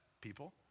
people